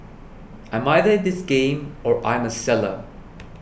I'm either in this game or I'm a seller